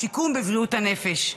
השיקום בבריאות הנפש.